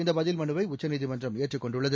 இந்த பதில் மனுவை உச்சநீதிமன்றம் ஏற்றுக் கொண்டுள்ளது